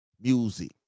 Music